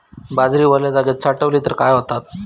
बाजरी वल्या जागेत साठवली तर काय होताला?